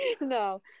No